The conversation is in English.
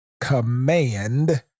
command